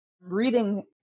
reading